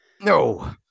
No